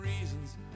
reasons